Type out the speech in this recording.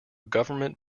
government